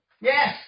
Yes